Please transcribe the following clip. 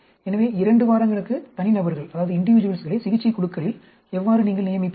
எனவே இரண்டு வாரங்களுக்கு தனிநபர்களை சிகிச்சை குழுக்களில் எவ்வாறு நீங்கள் நியமிப்பீர்கள்